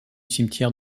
cimetière